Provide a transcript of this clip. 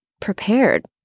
prepared